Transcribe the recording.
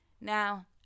now